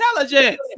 intelligence